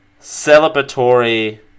celebratory